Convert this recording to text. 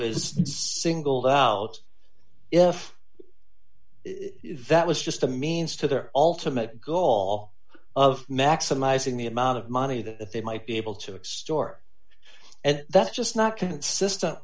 was singled out if that was just a means to their ultimate goal of maximizing the amount of money that they might be able to extort and that's just not consistent